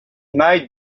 made